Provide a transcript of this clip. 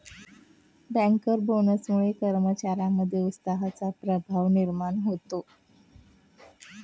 banker बोनसमुळे कर्मचार्यांमध्ये उत्साहाचा प्रवाह निर्माण होतो